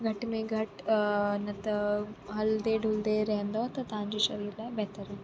घटि में घटि न त हलंदे ढुलंदे रहंदो त तव्हांजो शरीर लाइ बहितर रहंदो